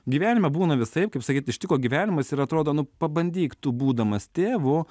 gyvenime būna visaip kaip sakyt ištiko gyvenimas ir atrodo nu pabandyk tu būdamas tėvu